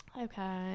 Okay